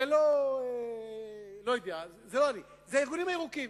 זה לא, אני-לא-יודע, אלה הארגונים הירוקים,